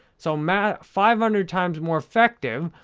so, matt, five hundred times more effective,